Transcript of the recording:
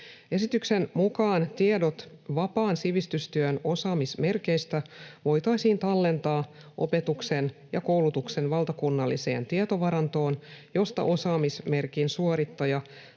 Esityksen mukaan tiedot vapaan sivistystyön osaamismerkeistä voitaisiin tallentaa opetuksen ja koulutuksen valtakunnalliseen tietovarantoon, josta osaamismerkin suorittaja